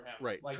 Right